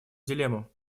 дилемму